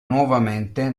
nuovamente